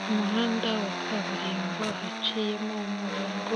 Ku muhanda wa kaburimbo haciyemo umurongo